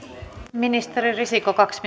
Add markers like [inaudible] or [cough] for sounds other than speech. ministeri risikko kaksi [unintelligible]